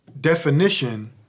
definition